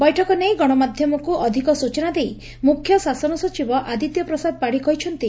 ବୈଠକରେ ନେଇ ଗଶମାଧ୍ଧମକୁ ଅଧିକ ସୂଚନା ଦେଇ ମୁଖ୍ଧ ଶାସନ ସଚିବ ଆଦିତ୍ୟ ପ୍ରସାଦ ପାତି କହିଛନ୍ତି